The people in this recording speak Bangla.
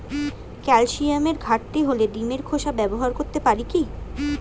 ক্যালসিয়ামের ঘাটতি হলে ডিমের খোসা ব্যবহার করতে পারি কি?